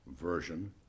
version